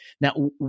Now